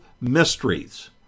mysteries